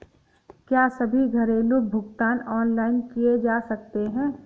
क्या सभी घरेलू भुगतान ऑनलाइन किए जा सकते हैं?